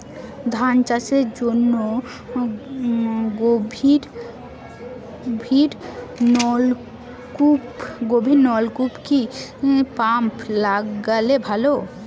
ধান চাষের জন্য গভিরনলকুপ কি পাম্প লাগালে ভালো?